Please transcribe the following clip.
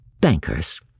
Bankers